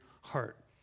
heart